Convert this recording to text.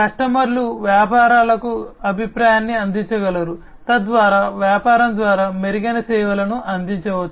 కస్టమర్లు వ్యాపారాలకు అభిప్రాయాన్ని అందించగలరు తద్వారా వ్యాపారం ద్వారా మెరుగైన సేవలను అందించవచ్చు